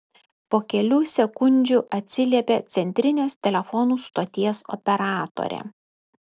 po kelių sekundžių atsiliepė centrinės telefonų stoties operatorė